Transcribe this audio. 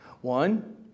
One